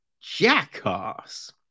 jackass